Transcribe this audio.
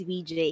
VJ